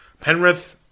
Penrith